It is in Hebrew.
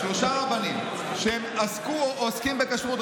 שלושה רבנים שעסקו או עוסקים בכשרות,